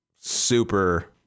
super